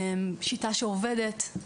שיטה שעובדת.